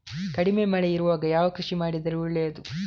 ಕಡಿಮೆ ಮಳೆ ಇರುವಾಗ ಯಾವ ಕೃಷಿ ಮಾಡಿದರೆ ಒಳ್ಳೆಯದು?